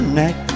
neck